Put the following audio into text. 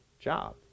job